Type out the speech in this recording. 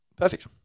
perfect